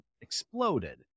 exploded